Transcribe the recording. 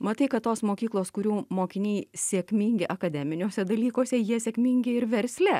matai kad tos mokyklos kurių mokiniai sėkmingi akademiniuose dalykuose jie sėkmingi ir versle